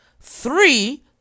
Three